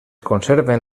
conserven